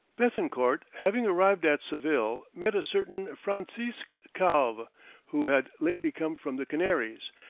bethencourt having arrived at seville, met a certain francisque calve who had lately come from the canaries,